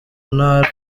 ntara